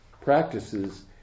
practices